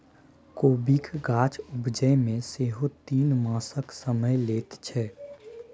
कोबीक गाछ उपजै मे सेहो तीन मासक समय लैत छै